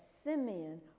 Simeon